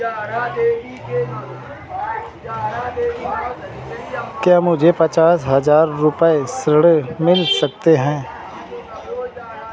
क्या मुझे पचास हजार रूपए ऋण मिल सकता है?